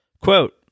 Quote